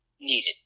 needed